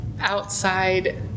outside